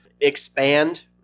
expand